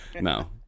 No